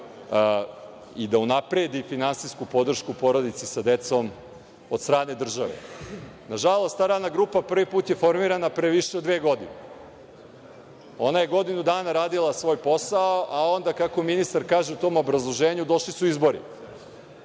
i da unapredi finansijsku podršku porodici sa decom od strane države. Nažalost, ta radna grupa prvi put je formirana pre više od dve godine. Ona je godinu dana radila svoj posao, a onda, kako ministar kaže u tom obrazloženju, došli su izbori,